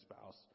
spouse